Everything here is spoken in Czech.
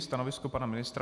Stanovisko pana ministra?